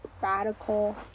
radical